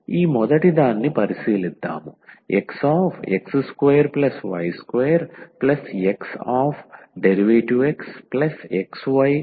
ఈ మొదటిదాన్ని పరిశీలిద్దాం x x2y2xdxxydy0